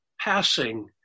Passing